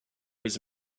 his